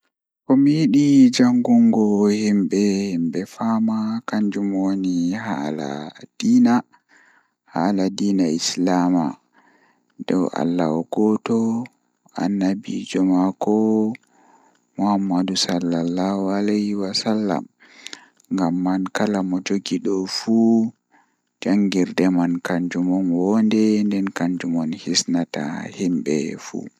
Ko laawol njamaande, Ɗuum njikataaɗo faamini e njogorde ɓuri. Ko ɓe njogirɗi toɓɓe njammaaji e njarɗi, Ko no njogoree kaɓe ngoodi, Toɓɓe ɗi njamaande e naatugol njogordi njijjigiri ngoodi ɓuri njogoreeteeɗi.